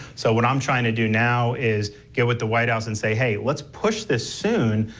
so what i am trying to do now, is go with the white house and say hey, let's push this soon,